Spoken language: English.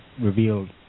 revealed